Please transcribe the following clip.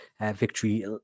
victory